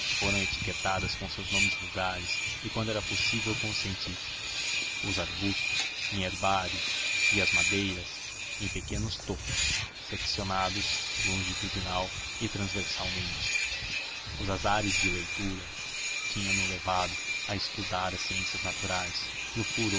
foram etiquetadas com os seus nomes vulgares e quando era possível com os científicos os arbustos em herbário e as madeiras em pequenos tocos seccionados longitudinal e transversalmente os azares de leituras tinham no levado a estudar as ciências naturais e o furor